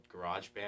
GarageBand